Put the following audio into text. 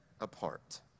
apart